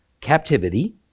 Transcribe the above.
captivity